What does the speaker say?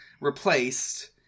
replaced